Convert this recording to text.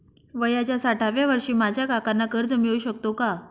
वयाच्या साठाव्या वर्षी माझ्या काकांना कर्ज मिळू शकतो का?